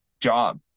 job